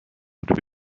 قطب